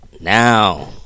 now